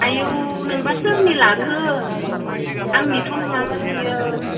आयु नोंबा सोरनि लाखो आंनिथ' नङामोन बेयो